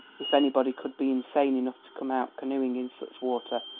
if anybody could be insane enough to come out canoeing in such water,